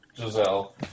Giselle